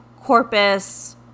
Corpus